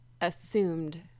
assumed